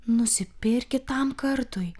nusipirk kitam kartui